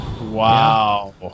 Wow